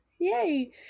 Yay